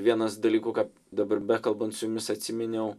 vienas dalykų kad dabar bekalbant su jumis atsiminiau